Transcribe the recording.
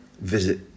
visit